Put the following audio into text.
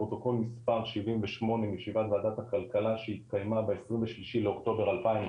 פרוטוקול מספר 78 מישיבת הכלכלה שהתקיימה ב23 באוקטובר 2020